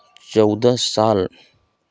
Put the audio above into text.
चौदह साल